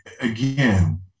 Again